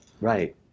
Right